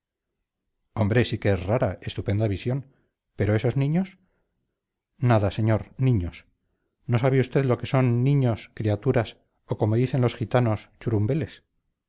sí que es rara estupenda visión pero esos niños nada señor niños no sabe usted lo que son niños criaturas o como dicen los gitanos churumbeles